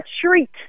treat